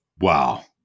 Wow